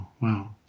wow